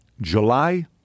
July